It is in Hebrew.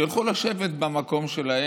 שילכו לשבת במקום שלהם.